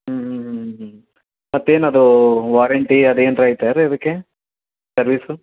ಹ್ಞೂ ಹ್ಞೂ ಹ್ಞೂ ಹ್ಞೂ ಮತ್ತು ಏನದು ವಾರೆಂಟಿ ಅದು ಏನಾರ ಆಯ್ತರಾ ಅದಕ್ಕೆ ಸರ್ವಿಸು